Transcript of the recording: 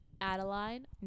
adeline